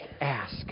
ask